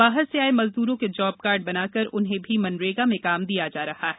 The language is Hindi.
बाहर से आये मजदूरों के जाबकार्ड बनाकर उन्हें भी मनरेगा में काम दिया जा रहा है